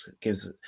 gives –